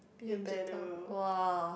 you are better !wah!